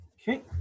Okay